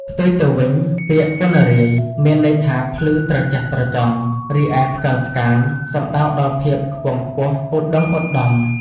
ផ្ទុយទៅវិញ ពាក្យ «ពណ្ណរាយ» មានន័យថាភ្លឺត្រចះត្រចង់ រីឯ «ថ្កើងថ្កាន» សំដៅដល់ភាពខ្ពង់ខ្ពស់ ឧត្ដុង្គឧត្ដម។